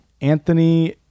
Anthony